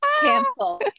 Cancel